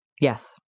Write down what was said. Yes